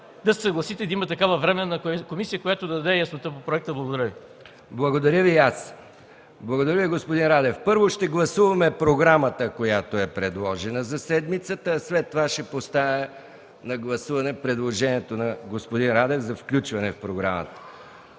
да се съгласите да има временна комисия, която да даде яснота по проекта. Благодаря Ви. ПРЕДСЕДАТЕЛ МИХАИЛ МИКОВ: Благодаря Ви и аз, господин Радев. Първо ще гласуваме програмата, която е предложена за седмицата, а след това ще поставя на гласуване предложението на господин Радев за включване в програмата.